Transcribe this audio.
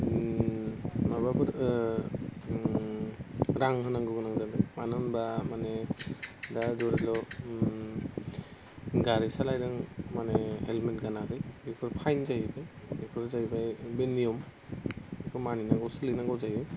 माबाफोर रां होनांगौ गोनां जादों मानो होनबा माने दा धरिलग गारि सालायदों माने हेलमेट गानाखै बेफोर फाइन जाहैबाय बेफोर जाहैबाय नियम बेखौ मानिनांगौ सोलिनांगौ जायो